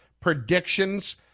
predictions